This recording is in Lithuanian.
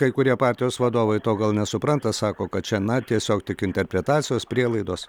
kai kurie partijos vadovai to gal nesupranta sako kad čia na tiesiog tik interpretacijos prielaidos